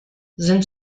sind